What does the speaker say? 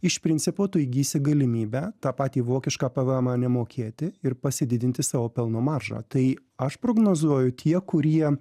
iš principo tu įgysi galimybę tą patį vokišką pvmą nemokėti ir pasididinti savo pelno maržą tai aš prognozuoju tie kurie